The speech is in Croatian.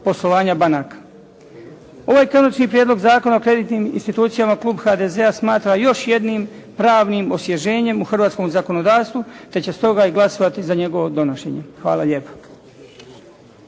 poslovanja banaka. Ovaj Konačni prijedlog Zakona o kreditnim institucijama klub HDZ-a smatra još jednom pravnim osvježenjem u hrvatskom zakonodavstvu te će stoga i glasovati za njegovo donošenje. Hvala lijepo.